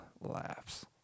laughs